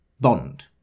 Bond